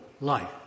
life